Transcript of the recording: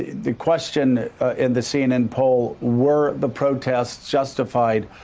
the question in the cnn poll, were the protests justified?